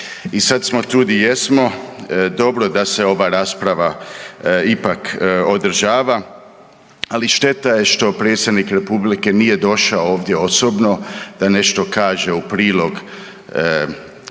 i sad smo tu di jesmo. Dobro da se ova rasprava ipak održava, ali šteta je što predsjednik republike nije došao ovdje osobno da nešto kaže u prilog